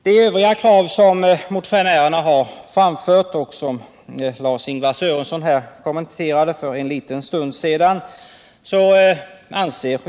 De övriga krav som motionärerna framfört kommenterade Lars-Ingvar Sörenson för en liten stund sedan.